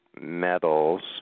metals